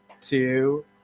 two